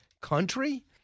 country